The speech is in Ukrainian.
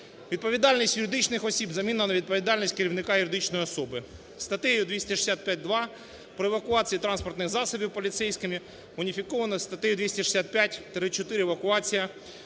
Відповідальність юридичних осіб замінено на відповідальність керівника юридичної особи статтею 265-2 про евакуацію транспортних засобів поліцейськими, уніфіковано статтею 265-4 "Евакуація